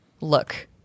look